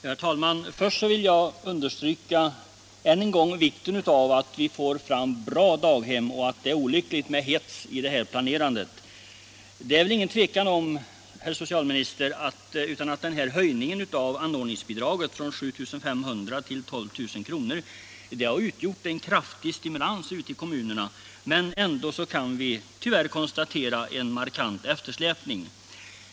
Herr talman! Jag vill först ännu en gång understryka vikten av att vi får fram bra daghem och att det är olyckligt med hets i den planeringen. 100 Det är väl inget tvivel om, herr socialminister, att höjningen av anordningsbidraget från 7 500 till 12 000 kr. har utgjort en kraftig stimulans ute i kommunerna. Men ändå kan vi tyvärr konstatera en markant eftersläpning.